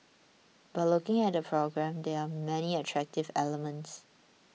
but looking at the programme there are many attractive elements